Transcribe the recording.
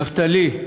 נפתלי,